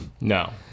No